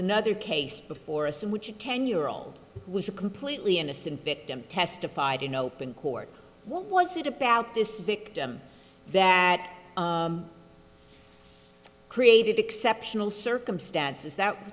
another case before us in which a ten year old was a completely innocent victim testified in open court what was it about this victim that created exceptional circumstances that